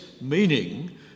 meaning